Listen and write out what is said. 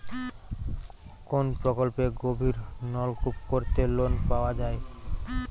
কোন প্রকল্পে গভির নলকুপ করতে লোন পাওয়া য়ায়?